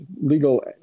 legal